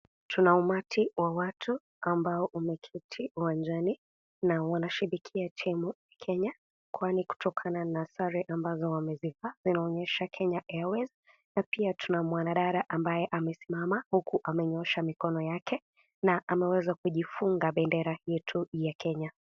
Tuna umati wa watu ambao wameketi uwanjani na wanasherekea timu ya Kenya kwani kutokana na sare ambazo wamezivaa, inaoyesha Kenya Airways na pia kuna mwanadada ambaye amesimama huku amenyoosha mkono yake na ameweza kujifunga bendera yetu ya Kenya.